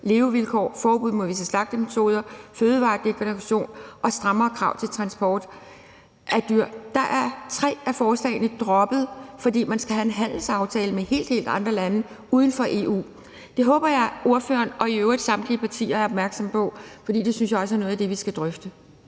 levevilkår, forbud mod visse slagtemetoder, fødevaredeklaration og strammere krav til transport af dyr – er tre af forslagene droppet, fordi man skal have en handelsaftale med helt, helt andre lande uden for EU. Det håber jeg at ordføreren og i øvrigt samtlige partier er opmærksomme på, for det synes jeg også er noget af det, vi skal drøfte.